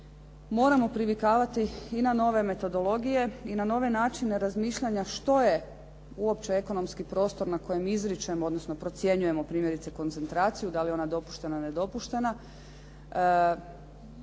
moramo privikavati i na nove metodologije i na novine načine razmišljanja što je uopće ekonomski prostor na kojem izričemo odnosno procjenjujemo primjerice koncentraciju da li je ona dopuštena ili nedopuštena,